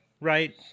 right